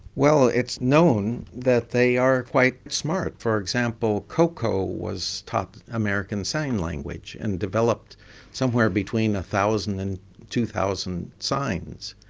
well, it's known that they are quite smart. for example, coco was taught american sign language, and developed somewhere between one thousand and two thousand signs.